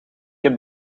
heb